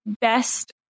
best